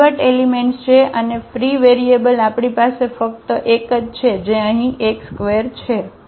આ pivot elements છે અને ફ્રી વેરિયેબલ આપણી પાસે ફક્ત એક જ છે જે અહીં x2 છે